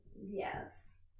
yes